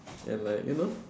and like you know